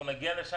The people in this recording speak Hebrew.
אנחנו נגיע לשם,